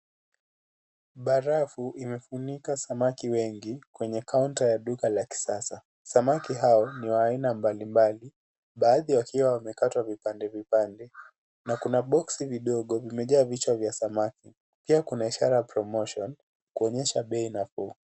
Barafu imefunika samaki wengi kwenye kaunta ya duka la kisasa. Samaki hawa ni wa aina mbalimbali , baadhi wakiwa wamekatwa vipande vipande na kuna boksi vidogo vimejaa vichwa vya samaki. Pia kuna ishara ya promotion kuonyesha bei nafuu.